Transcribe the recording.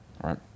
Right